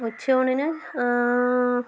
ഉച്ചയൂണിന്